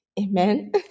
amen